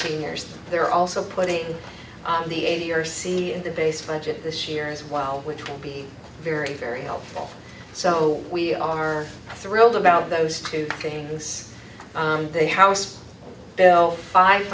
seniors they're also putting on the eighty or c and the base friendship this year as well which will be very very helpful so we are thrilled about those two things on the house bill five